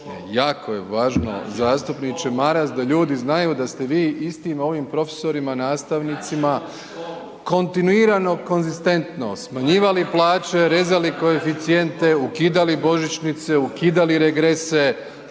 jako je važno zastupniče Maras da ljudi znaju da ste vi istim ovim profesorima, nastavnicima, kontinuirano, konzistentno smanjivali plaće, rezali koeficijente, ukidali božićnice, ukidali regrese,